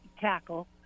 tackle